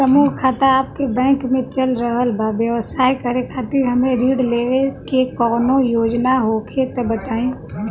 समूह खाता आपके बैंक मे चल रहल बा ब्यवसाय करे खातिर हमे ऋण लेवे के कौनो योजना होखे त बताई?